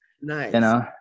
nice